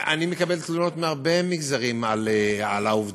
אני מקבל תלונות מהרבה מגזרים על העובדה,